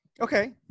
Okay